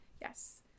Yes